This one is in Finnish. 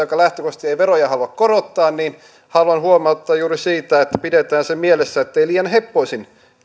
joka lähtökohtaisesti ei veroja halua korottaa niin haluan huomauttaa juuri siitä että pidetään mielessä se ettei liian heppoisin